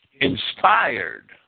inspired